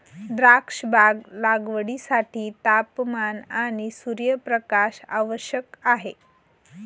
द्राक्षबाग लागवडीसाठी तापमान आणि सूर्यप्रकाश आवश्यक आहे